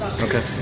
okay